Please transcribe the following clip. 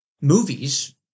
movies